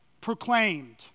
proclaimed